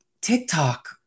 TikTok